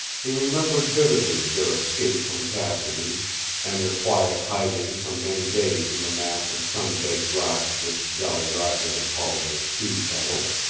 he remembered vividly their escape from cassidy and their quiet hiding for many days in the mass of sun-baked rocks which jolly roger had called the stew-kettle.